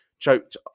Choked